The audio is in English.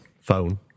Phone